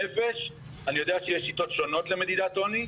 אני יודע שיש שיטות שונות למדידת עוני,